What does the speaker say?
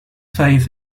faith